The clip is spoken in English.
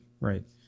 Right